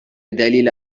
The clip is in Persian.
دلیل